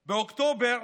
באוקטובר,